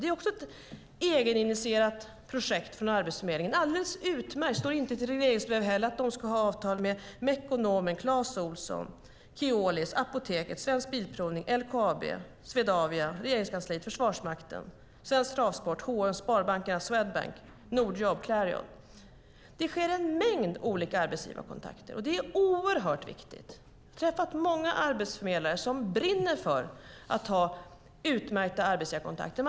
Det är också ett egeninitierat projekt från Arbetsförmedlingen. Det är alldeles utmärkt. Det står heller inte i regleringsbrevet att det ska ha avtal med Mekonomen, Clas Ohlson, Keolis, Apoteket, Svensk Bilprovning, LKAB, Swedavia, Regeringskansliet, Försvarsmakten, Svensk Travsport, HM, sparbankerna, Swedbank, Nordjobb och Clarion. Det sker en mängd olika arbetsgivarkontakter. Det är oerhört viktigt. Jag har träffat många arbetsförmedlare som brinner för att ha utmärkta arbetsgivarkontakter.